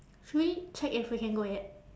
should we check if we can go yet